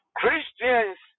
christians